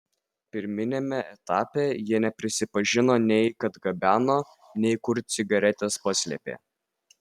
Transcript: pirminiame etape jie neprisipažino nei kad gabeno nei kur cigaretes paslėpė